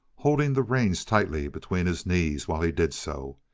holding the reins tightly between his knees while he did so.